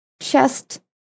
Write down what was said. chest